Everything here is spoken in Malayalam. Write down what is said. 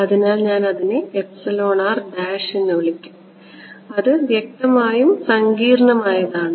അതിനാൽ ഞാൻ അതിനെ എന്ന് വിളിക്കും അത് വ്യക്തമായും സങ്കീർണ്ണമായതാണ്